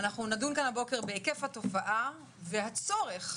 נדון כאן הבוקר בהיקף התופעה ובצורך,